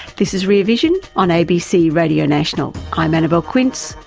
this is rear vision on abc radio national. i'm annabelle quince,